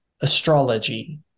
astrology